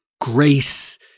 grace